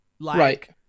Right